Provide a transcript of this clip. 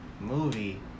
movie